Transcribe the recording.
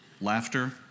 Laughter